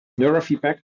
neurofeedback